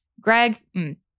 Greg